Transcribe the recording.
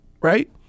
right